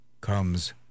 comes